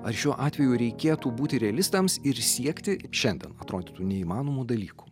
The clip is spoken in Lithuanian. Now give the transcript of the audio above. ar šiuo atveju reikėtų būti realistams ir siekti šiandien atrodytų neįmanomų dalykų